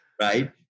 Right